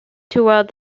towards